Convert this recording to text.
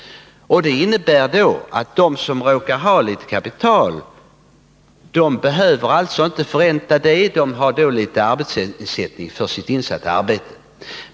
Det innebär att de som råkar ha litet kapital inte behöver förränta det — de har då i stället en viss arbetsersättning för sitt insatta arbete.